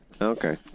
Okay